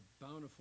bountiful